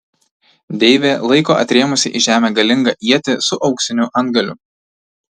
deivė laiko atrėmusi į žemę galingą ietį su auksiniu antgaliu